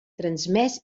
transmès